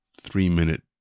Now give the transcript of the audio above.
three-minute